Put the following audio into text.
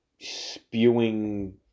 spewing